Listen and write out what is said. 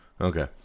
Okay